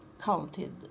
counted